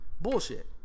Bullshit